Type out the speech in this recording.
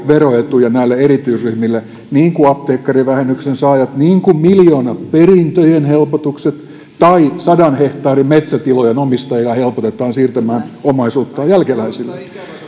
veroetuja näille erityisryhmille niin kuin apteekkarivähennyksen saajat niin kuin miljoonaperintöjen helpotukset tai sadan hehtaarin metsätilojen omistajia helpotetaan siirtämään omaisuuttaan jälkeläisille